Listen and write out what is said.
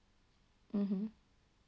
mmhmm